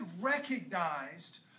recognized